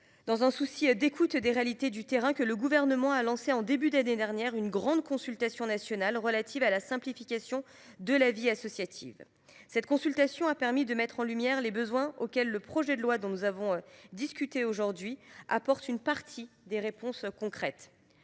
dans un souci d’être à l’écoute des réalités du terrain, que le Gouvernement a lancé au début de l’année dernière une grande consultation nationale relative à la simplification de la vie associative. Cette consultation a permis de mettre en lumière les besoins auxquels la proposition de loi dont nous allons discuter aujourd’hui apporte une partie des réponses concrètes.